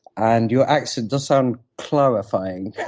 and your accent so on clarifying.